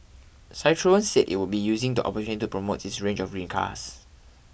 Citroen said it will be using the opportunity to promote its range of green cars